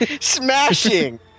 Smashing